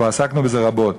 כבר עסקנו בזה רבות.